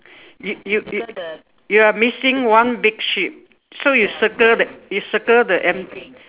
you you you you are missing one big sheep so you circle that you circle the emp~